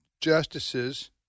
justices